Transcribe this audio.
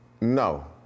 No